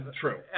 true